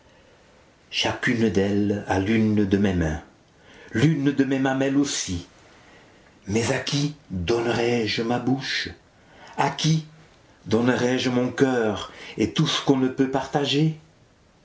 chacune d'elles a l'une de mes mains l'une de mes mamelles aussi mais à qui donnerai-je ma bouche à qui donnerai-je mon coeur et tout ce qu'on ne peut partager